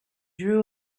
drew